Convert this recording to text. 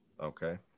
okay